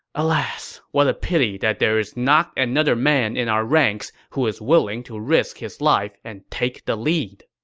alas, what a pity that there's not another man in our ranks who is willing to risk his life and take the lead.